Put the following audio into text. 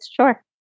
Sure